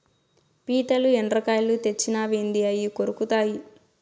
పీతలు, ఎండ్రకాయలు తెచ్చినావేంది అయ్యి కొరుకుతాయి